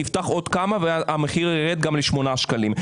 תפתח עוד כמה והמחיר ירד גם ל-8 שקלים.